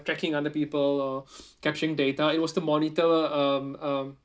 tracking other people or capturing data it was to monitor um um